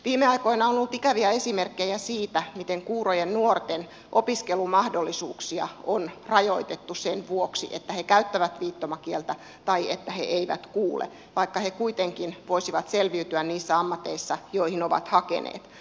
viime aikoina on ollut ikäviä esimerkkejä siitä miten kuurojen nuorten opiskelumahdollisuuksia on rajoitettu sen vuoksi että he käyttävät viittomakieltä tai että he eivät kuule vaikka he kuitenkin voisivat selviytyä niissä ammateissa joihin ovat hakeneet